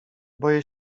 boję